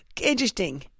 Interesting